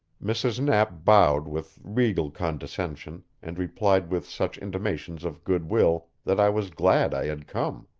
mrs. knapp bowed with regal condescension, and replied with such intimations of good will that i was glad i had come.